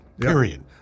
Period